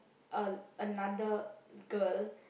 a another girl